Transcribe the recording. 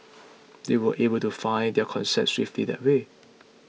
they were able to find their concept swiftly that way